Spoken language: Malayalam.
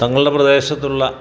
തങ്ങളുടെ പ്രദേശത്തുള്ള